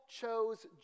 chose